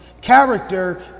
Character